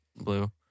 blue